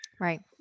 Right